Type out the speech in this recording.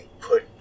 put